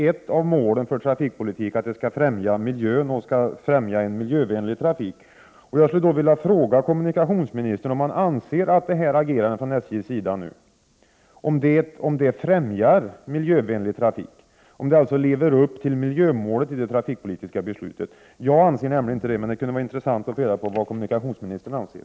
Ett av målen för trafikpolitiken är att trafiken skall främja miljön och en miljövänlig trafik. Jag vill fråga kommunikationsministern om han anser att SJ:s agerande främjar miljövänlig trafik och om det överensstämmer med miljömålet i det trafikpolitiska beslutet. Jag anser inte det, men det vore intressant att få reda på vad kommunikationsministern anser.